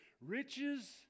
riches